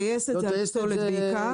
הטייסת לפסולת בעיקר.